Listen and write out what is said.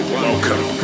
Welcome